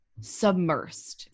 Submersed